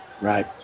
Right